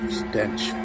stench